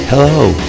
Hello